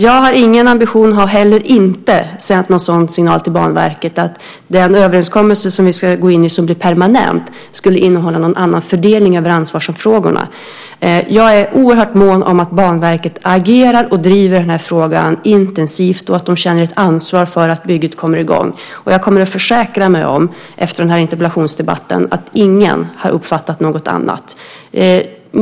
Jag har ingen ambition och har heller inte sänt någon signal till Banverket att den överenskommelse som vi ska gå in i som blir permanent skulle innehålla någon annan fördelning av ansvarsfrågorna. Jag är oerhört mån om att Banverket agerar och driver den här frågan intensivt och att de känner ett ansvar för att bygget kommer i gång. Jag kommer att försäkra mig om, efter den här interpellationsdebatten, att ingen har uppfattat något annat.